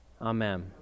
amen